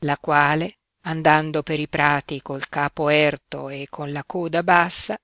la quale andando per i prati col capo erto e con la coda bassa